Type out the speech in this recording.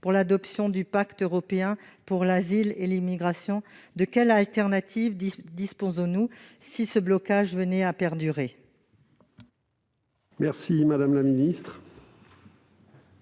pour l'adoption du pacte européen pour l'asile et les migrations ? De quelle solution alternative disposons-nous si le blocage venait à perdurer ?